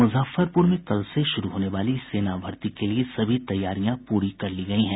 मुजफ्फरपुर में कल से शुरू होने वाली सेना भर्ती के लिये सभी तैयारियां पूरी कर ली गयी हैं